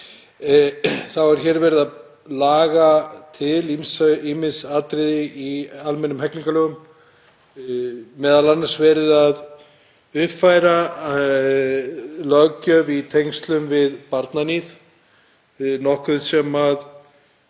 er hér verið að laga til ýmis atriði í almennum hegningarlögum, m.a. verið að uppfæra löggjöf í tengslum við barnaníð, nokkuð sem